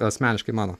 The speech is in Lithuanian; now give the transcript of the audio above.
asmeniškai mano